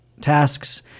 tasks